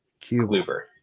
Kluber